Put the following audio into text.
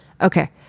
Okay